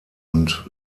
und